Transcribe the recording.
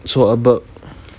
so about